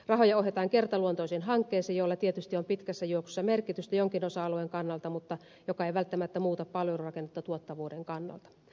rahoja ohjataan kertaluonteisiin hankkeisiin joilla tietysti on pitkässä juoksussa merkitystä jonkin osa alueen kannalta mutta jotka eivät välttämättä muuta palvelurakennetta tuottavuuden kannalta